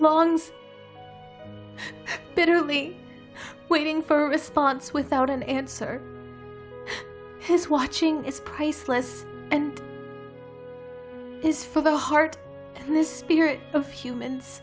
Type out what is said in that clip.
long bitterly waiting for a response without an answer his watching is priceless and is for the heart and this spirit of humans